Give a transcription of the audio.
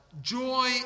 Joy